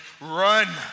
Run